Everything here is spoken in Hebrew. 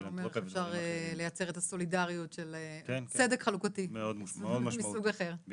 אתה אומר איך אפשר לייצר את הסולידריות של צדק חלוקתי מסוג אחר.